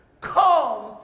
comes